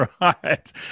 right